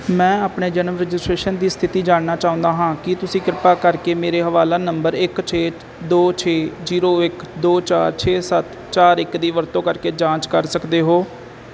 ਮੈਂ ਆਪਣੇ ਜਨਮ ਰਜਿਸਟ੍ਰੇਸ਼ਨ ਦੀ ਸਥਿਤੀ ਜਾਣਨਾ ਚਾਹੁੰਦਾ ਹਾਂ ਕੀ ਤੁਸੀਂ ਕਿਰਪਾ ਕਰਕੇ ਮੇਰੇ ਹਵਾਲਾ ਨੰਬਰ ਇੱਕ ਛੇ ਦੋ ਛੇ ਜ਼ੀਰੋ ਇੱਕ ਦੋ ਚਾਰ ਛੇ ਸੱਤ ਚਾਰ ਇੱਕ ਦੀ ਵਰਤੋਂ ਕਰਕੇ ਜਾਂਚ ਕਰ ਸਕਦੇ ਹੋ